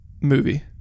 movie